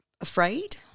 afraid